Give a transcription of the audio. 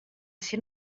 ser